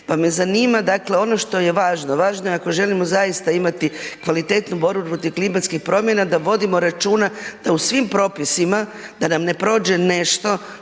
Pa me zanima dakle ono što je važno, važno je ako želimo zaista imati kvalitetnu borbu protiv klimatskih promjena da vodimo računa da u svim propisima, da nam ne prođe nešto